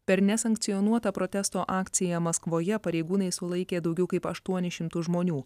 per nesankcionuotą protesto akciją maskvoje pareigūnai sulaikė daugiau kaip aštuonis šimtus žmonių